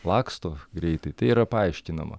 laksto greitai tai yra paaiškinama